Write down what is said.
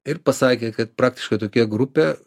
ir pasakė kad praktiškai tokia grupė